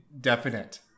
definite